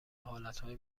حالتهای